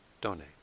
donate